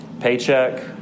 paycheck